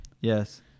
Yes